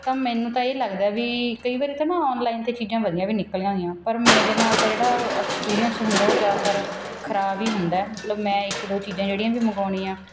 ਤਾਂ ਮੈਨੂੰ ਤਾਂ ਇਹ ਲੱਗਦਾ ਵੀ ਕਈ ਵਾਰ ਤਾਂ ਨਾ ਔਨਲਾਈਨ 'ਤੇ ਚੀਜ਼ਾਂ ਵਧੀਆ ਵੀ ਨਿਕਲੀਆਂ ਆਉਂਦੀਆਂ ਪਰ ਮੇਰੇ ਨਾਲ ਤਾਂ ਜਿਹੜਾ ਐਕਸਪੀਰੀਅਸ ਹੁੰਦਾ ਉਹ ਜ਼ਿਆਦਾਤਰ ਖਰਾਬ ਹੀ ਹੁੰਦਾ ਮਤਲਬ ਮੈਂ ਇੱਕ ਦੋ ਚੀਜ਼ਾਂ ਜਿਹੜੀਆਂ ਵੀ ਮੰਗਾਉਂਦੀ ਹਾਂ